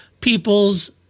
people's